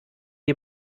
die